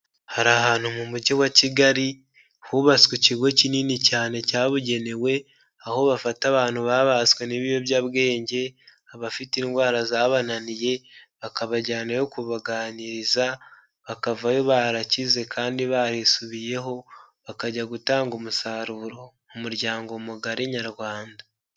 Hari ahantu mu mujyi wa Kigali, hubatswe ikigo kinini cyane cyabugenewe, aho bafata abantu babaswe n'ibiyobyabwenge, abafite indwara zabananiye, bakabajyanayo kubaganiriza, bakavayo barakize kandi barisubiyeho, bakajya gutanga umusaruro mu muryango mugari nyarwanda.